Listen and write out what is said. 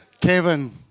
Kevin